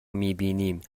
میبینیم